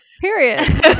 Period